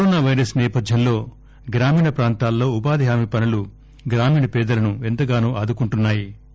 corona virus నేపథ్యంలో గ్రామీణ ప్రాంతాలలో ఉపాధి హామీ పనులు గ్రామీణ పేదలను ఎంతగానో ఆదుకుంటున్నా యి